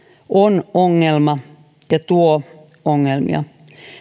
on ongelma ja tuo ongelmia